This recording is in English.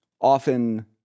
often